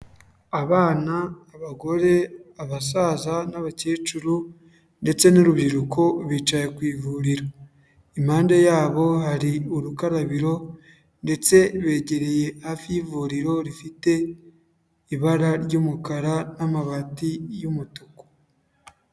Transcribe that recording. Abana, abagore, abasaza n'abakecuru, ndetse n'urubyiruko bicaye ku ivuriro. Impande yabo hari urukarabiro, ndetse begereye hafi y'ivuriro rifite ibara ry'umukara n'amabati y'umutuku.